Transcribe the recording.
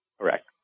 Correct